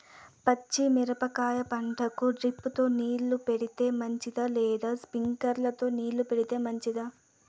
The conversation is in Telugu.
పచ్చి మిరపకాయ పంటకు డ్రిప్ తో నీళ్లు పెడితే మంచిదా లేదా స్ప్రింక్లర్లు తో నీళ్లు పెడితే మంచిదా?